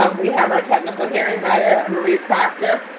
um we have our technical hearing writer, marie practer,